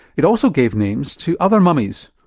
it also gave names to other mummies,